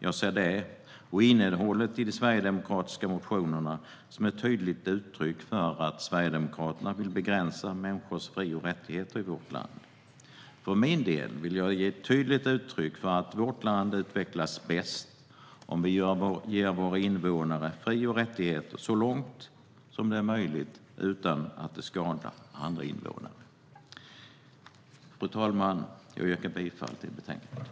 Jag ser det och innehållet i de sverigedemokratiska motionerna som ett tydligt uttryck för att Sverigedemokraterna vill begränsa människors fri och rättigheter i vårt land. För min del vill jag tydligt uttrycka att vårt land utvecklas bäst om vi ger våra invånare fri och rättigheter så långt det är möjligt utan att det skadar andra invånare. Fru talman! Jag yrkar bifall till förslaget i betänkandet.